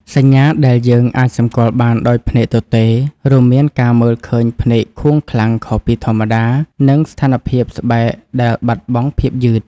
សញ្ញាដែលយើងអាចសម្គាល់បានដោយភ្នែកទទេ រួមមានការមើលឃើញភ្នែកខួងខ្លាំងខុសពីធម្មតា និងស្ថានភាពស្បែកដែលបាត់បង់ភាពយឺត។